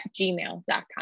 gmail.com